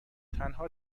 تنها